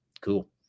Cool